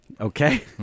Okay